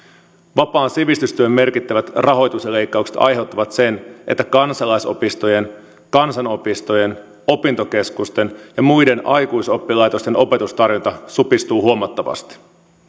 vapaan sivistystyön merkittävät rahoitusleikkaukset aiheuttavat sen että kansalaisopistojen kansanopistojen opintokeskusten ja muiden aikuisoppilaitosten opetustarjonta supistuu huomattavasti